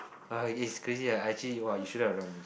ah is crazy ah actually !woah! you shouldn't have run